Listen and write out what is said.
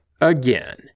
again